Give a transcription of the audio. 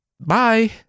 bye